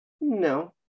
No